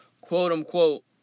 quote-unquote